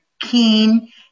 keen